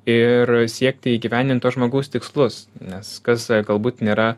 ir siekti įgyvendint to žmogaus tikslus nes kas galbūt nėra